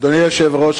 אדוני היושב-ראש,